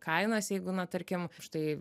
kainas jeigu na tarkim štai